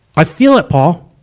i feel it, paul.